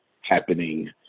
happening